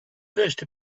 first